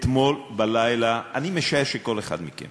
אני משער שאתמול בלילה כל אחד מכם